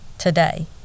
today